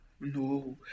No